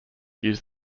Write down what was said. use